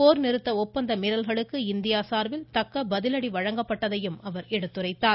போர் நிறுத்த ஒப்பந்த மீறல்களுக்கு இந்தியா சார்பில் தக்க பதிலடி கொடுக்கப்பட்டதாகவும் அவர் எடுத்துரைத்தார்